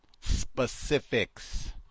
specifics